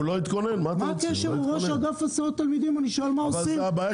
הוא לא התכונן, מה אתה רוצה?